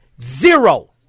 Zero